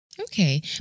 Okay